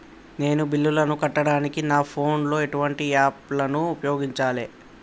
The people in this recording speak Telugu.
నేను బిల్లులను కట్టడానికి నా ఫోన్ లో ఎటువంటి యాప్ లను ఉపయోగించాలే?